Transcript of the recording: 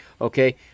okay